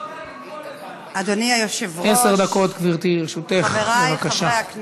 אדוני היושב-ראש, זו הצלחה גדולה של הכנסת.